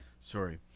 Sorry